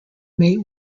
mate